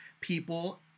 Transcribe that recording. people